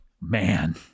man